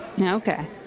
Okay